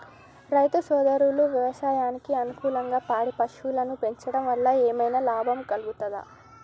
రైతు సోదరులు వ్యవసాయానికి అనుకూలంగా పాడి పశువులను పెంచడం వల్ల ఏమన్నా లాభం కలుగుతదా?